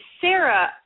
Sarah